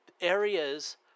areas